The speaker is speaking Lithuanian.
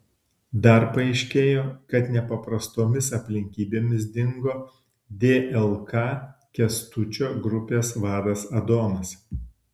dar paaiškėjo kad nepaprastomis aplinkybėmis dingo dlk kęstučio grupės vadas adomas